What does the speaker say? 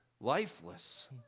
Lifeless